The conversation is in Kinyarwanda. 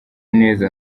neza